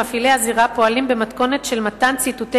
מפעילי הזירה פועלים במתכונת של מתן ציטוטי